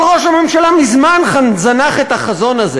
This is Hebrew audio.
אבל ראש הממשלה מזמן זנח את החזון הזה.